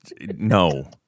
No